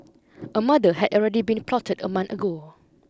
a murder had already been plotted a month ago